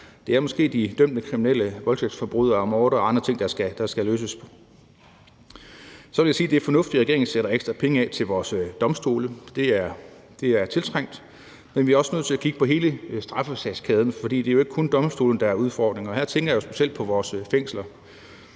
med de dømte kriminelle voldtægtsforbrydere og mordere og andet, der skal løses. Så vil jeg sige, at det er fornuftigt, at regeringen sætter ekstra penge af til vores domstole. Det er tiltrængt. Men vi er også nødt til at kigge på hele straffesagskæden, for det er jo ikke kun domstolene, der har udfordringer. Her tænker jeg specielt på vores fængsler.